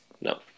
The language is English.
No